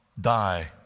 die